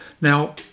Now